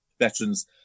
veterans